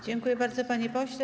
Dziękuję bardzo, panie pośle.